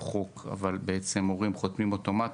הוא חוק, אבל בעצם הורים חותמים אוטומטית.